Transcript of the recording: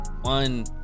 one